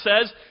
says